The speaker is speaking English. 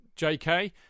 JK